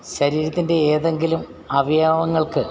ശരീരത്തിൻ്റെ ഏതെങ്കിലും അവയവങ്ങൾക്ക്